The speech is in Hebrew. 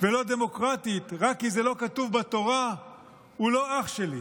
ולא דמוקרטית רק כי זה לא כתוב בתורה הוא לא אח שלי,